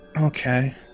Okay